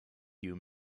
you